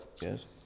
yes